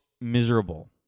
miserable